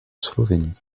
slovénie